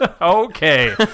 Okay